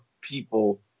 people